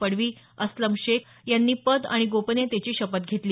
पाडवी अस्लम शेख यांनी पद आणि गोपनीयतेची शपथ घेतली